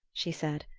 she said,